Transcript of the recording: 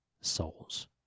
souls